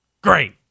Great